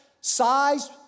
size